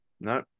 No